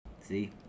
See